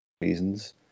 reasons